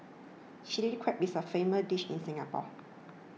Chilli Crab is a famous dish in Singapore